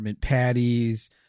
patties